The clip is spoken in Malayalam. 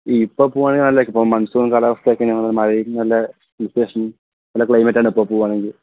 ഇപ്പോൾ പോവുകയാണെങ്കിൽ നല്ലതായിരിക്കും ഇപ്പോൾ മൺസൂൺ കാലാവസ്ഥ ഒക്കെയാണ് മഴയും നല്ല ഹിൽ സ്റ്റേഷൻ നല്ല ക്ലൈമറ്റാണിപ്പോൾ പോവുകയാണെങ്കിൽ